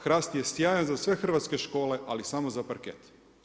Hrast je sjajan za sve hrvatske škole, ali samo za parket.